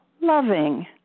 loving